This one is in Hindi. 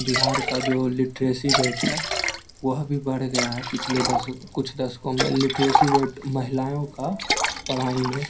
बिहार का जो लिटरेसी रेट है वह भी बढ़ गया है पिछले दश कुछ दशकों में लिटरेसी रेट महिलाओं का पढ़ाई में